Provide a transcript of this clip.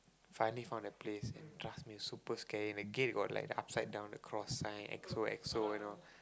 finally found a place and trust me super scary the gate got like the upside down the cross sign X_O_X_O you know